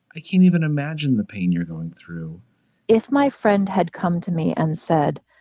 i can't even imagine the pain you're going through if my friend had come to me and said,